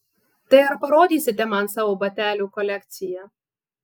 tai ar parodysite man savo batelių kolekciją